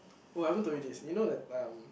oh I haven't told you this you know that time